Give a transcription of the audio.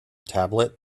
tablet